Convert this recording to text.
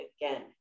again